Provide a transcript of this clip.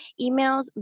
emails